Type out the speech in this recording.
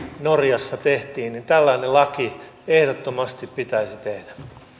norjassa tehtiin tällainen laki ehdottomasti pitäisi tehdä